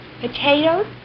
Potatoes